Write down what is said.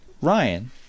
Ryan